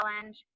challenge